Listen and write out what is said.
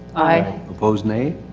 aye. oppose nae.